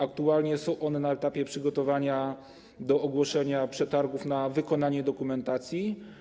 Aktualnie są one na etapie przygotowania do ogłoszenia przetargów na wykonanie dokumentacji.